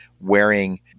wearing